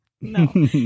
No